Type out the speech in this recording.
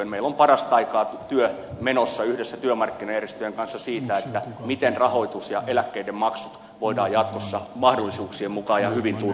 meillä on parastaikaa työ menossa yhdessä työmarkkinajärjestöjen kanssa siitä miten rahoitus ja eläkkeiden maksut voidaan jatkossa mahdollisuuksia mukaisempi